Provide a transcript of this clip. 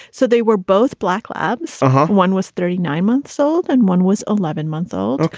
so they were both black lab. so one was thirty nine months old and one was eleven month old. ok.